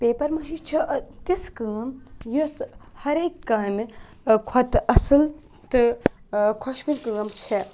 paper مٲشی چھےٚ تِژھ کٲم یۄس ہَر أکۍ کامہِ کھۄتہٕ اَصٕل تہٕ خۄش وٕنۍ کٲم چھےٚ